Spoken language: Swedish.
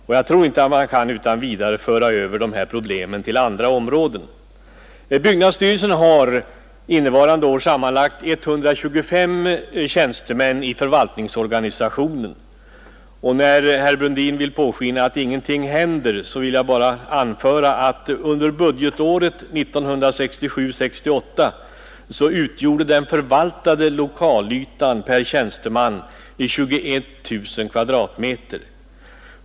Man kan inte utan vidare jämställa problemen därvidlag med vad som gäller på andra håll. Byggnadsstyrelsen har under innevarande år sammanlagt 125 tjänstemän i förvaltningsorganisationen. När herr Brundin låter påskina att ingenting nytt händer, vill jag bara anföra att under budgetåret 1967/68 utgjorde den förvaltade lokalytan per tjänsteman 21000 m?.